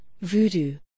Voodoo